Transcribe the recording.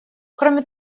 кроме